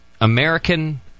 American